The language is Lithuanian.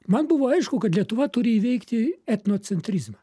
man buvo aišku kad lietuva turi įveikti etnocentrizmą